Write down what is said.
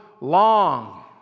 long